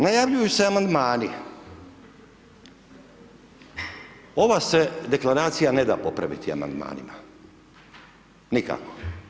Najavljuju se Amandmani, ova se Deklaracija ne da popraviti Amandmanima, nikako.